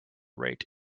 rate